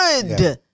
good